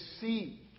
see